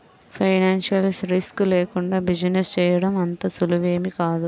financial risk లేకుండా business చేయడం అంత సులువేమీ కాదు